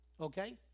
okay